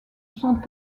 sont